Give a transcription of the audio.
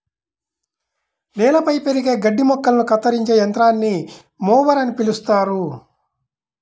నేలపై పెరిగే గడ్డి మొక్కలను కత్తిరించే యంత్రాన్ని మొవర్ అని పిలుస్తారు